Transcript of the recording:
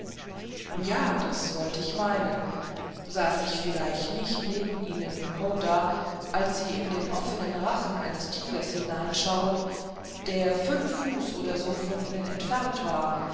ja das wollt ich meinen saß ich vielleicht nicht neben ihnen im howdah und sah sie in den offenen rachen eines tigers hineinschauen der fünf fuß oder so von ihnen entfernt war